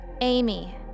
Amy